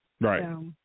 right